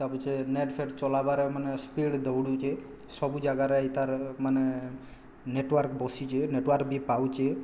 ତାପଛେ net ଫେଟ୍ ଚଲାବାର୍ ମାନେ ସ୍ପିଡ଼୍ ଦୌଉଡ଼ୁଛେ ସବୁ ଜାଗାରେ ଏଇ ତା'ର ମାନେ ନେଟୱାର୍କ୍ ବସିଛେ ନେଟୱାର୍କ୍ ବି ପାଉଛେ